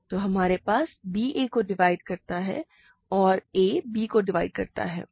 तो हमारे पास है b a को डिवाइड करता है और a b को डिवाइड करता है